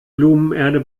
blumenerde